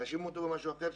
תאשימו אותו במשהו אחר.